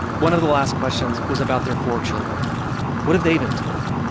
one of the last questions was about their four children what have they been told?